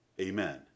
Amen